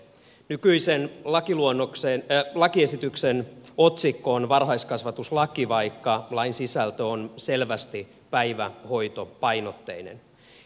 nykyisen lakiesityksen otsikko on varhaiskasvatuslaki vaikka lain sisältö on selvästi päivähoitopainotteinen